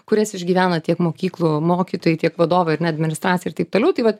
kurias išgyvena tiek mokyklų mokytojai tiek vadovai net administracija ir taip toliau tai vat